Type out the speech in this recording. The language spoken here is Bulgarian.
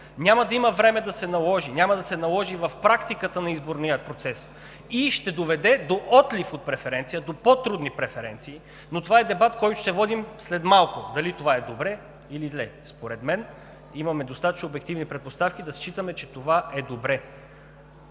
няма да има време да се наложи. Няма да се наложи в практиката на изборния процес и ще доведе до отлив от преференция, до по-трудни преференции, но това е дебат, който ще водим след малко – дали е добре или зле. Според мен имаме достатъчно обективни предпоставки да считаме, че това е добре.